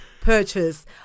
purchase